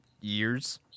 years